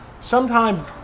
sometime